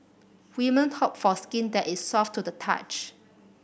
women hope for skin that is soft to the touch